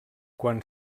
quan